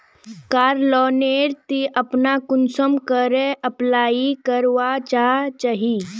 कार loan नेर ती अपना कुंसम करे अप्लाई करवा चाँ चची?